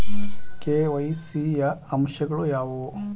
KYC ಯ ಅಂಶಗಳು ಯಾವುವು?